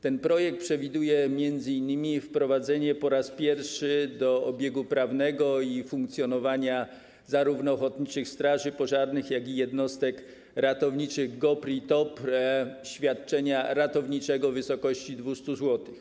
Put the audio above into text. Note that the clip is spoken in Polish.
Ten projekt przewiduje m.in. wprowadzenie po raz pierwszy do obiegu prawnego i funkcjonowania zarówno ochotniczych straży pożarnych, jak i jednostek ratowniczych GOPR i TOPR świadczenia ratowniczego w wysokości 200 zł.